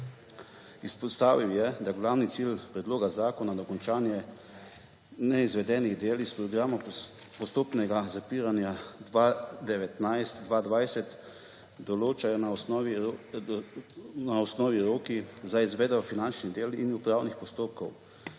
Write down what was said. Izpostavil je, da se glavni cilji predloga zakona, dokončanje neizvedenih del iz programa postopnega zapiranja 2019–2020, določajo na osnovi rokov za izvedbo finančnih del in upravnih postopkov,